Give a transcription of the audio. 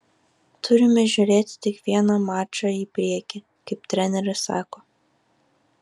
turime žiūrėti tik vieną mačą į priekį kaip treneris sako